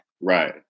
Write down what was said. Right